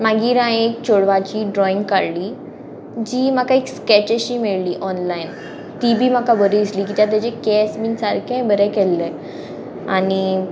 मागीर हांयेन एक चेडवाची ड्रॉइंग काडली जी म्हाका एक स्केचेशी मेळ्ळी ऑनलायन ती बी म्हाका बरी दिसली कित्याक तेजे केस बीन सारकें बरें केल्ले आनी